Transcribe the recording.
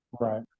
Right